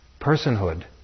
personhood